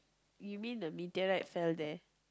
you mean the meteor right fell there